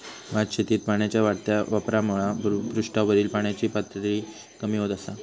भातशेतीत पाण्याच्या वाढत्या वापरामुळा भुपृष्ठावरील पाण्याची पातळी कमी होत असा